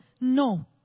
No